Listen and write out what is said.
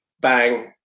bang